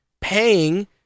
paying